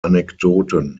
anekdoten